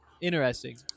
Interesting